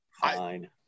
Fine